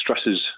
stresses